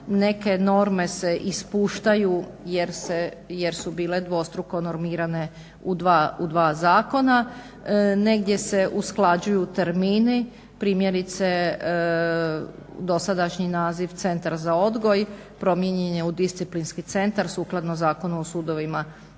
Neke norme se ispuštaju jer su bile dvostruko normirane u dva zakona, negdje se usklađuju termini, primjerice dosadašnji naziv centra za odgoj promijenjen je u disciplinski centra sukladno Zakonu o sudovima